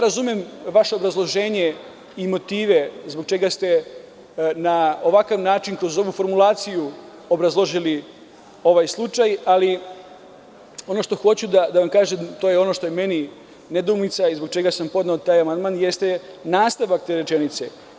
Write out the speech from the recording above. Razumem vaše obrazloženje i motive zbog čega ste na ovakav način kroz ovu formulaciju obrazložili ovaj slučaj, ali ono što hoću da vam kažem, to je ono što je meni nedoumica i zbog čega sam podneo taj amandman, jeste nastavak te rečenice.